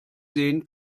sehen